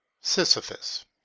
Sisyphus